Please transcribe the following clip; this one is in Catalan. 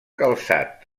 calçat